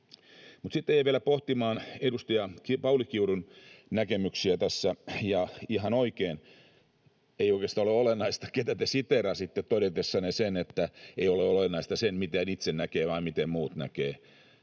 Sitten jäin vielä pohtimaan edustaja Pauli Kiurun näkemyksiä tässä, ja ihan oikein: ei oikeastaan ole olennaista, ketä te siteerasitte todetessanne sen, että ei ole olennaista, miten itse näkee, vaan miten muut näkevät.